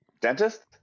Dentist